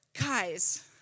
Guys